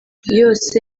yose